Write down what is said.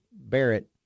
Barrett